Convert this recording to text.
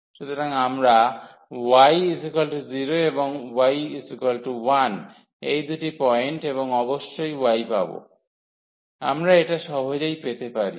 সুতরাং আমরা x0 এবং x1 এই দুটি পয়েন্ট এবং অবশ্যই y পাব আমরা এটা সহজেই পেতে পারি